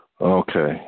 Okay